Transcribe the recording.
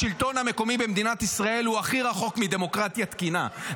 השלטון המקומי במדינת ישראל הוא הכי רחוק מדמוקרטיה תקינה.